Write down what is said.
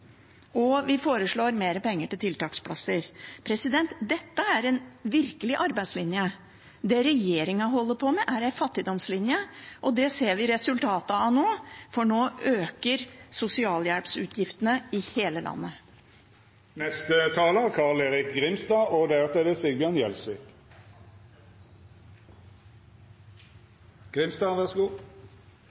Og vi foreslår mer penger til tiltaksplasser. Dette er en virkelig arbeidslinje. Det regjeringen holder på med, er en fattigdomslinje, og det ser vi resultatet av nå, for nå øker sosialhjelpsutgiftene i hele landet. Norsk ruspolitikk gjennom de siste 20 årene har vært et kontinuerlig oppgjør med feilslåtte analyser, handlingsplaner og